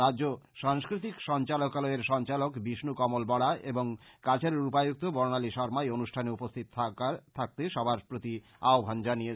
রাজ্য সাংস্কৃতিক সঞ্চালকালয়ের সঞ্চালক বিষ্ণু কমল বরা এবং কাছাড়ের উপায়ুক্ত বর্ণালী শর্মা এই অনুষ্ঠানে উপস্থিত থাকতে সবার প্রতি আহ্বান জানিয়েছেন